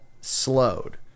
slowed